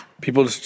People